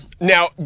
now